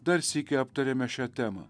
dar sykį aptarėme šią temą